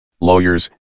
lawyers